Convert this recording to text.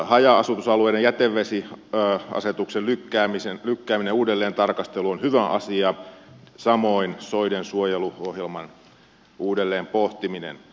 haja asutusalueiden jätevesiasetuksen lykkääminen uudelleentarkastelu on hyvä asia samoin soidensuojeluohjelman uudelleen pohtiminen